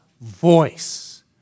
voice